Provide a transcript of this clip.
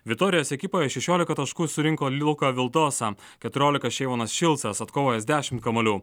vitorijos ekipoje šešiolika taškų surinko liuka vildosa keturiolika šeivanas šilcas atkovojęs dešimt kamuolių